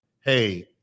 Hey